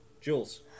Jules